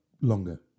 longer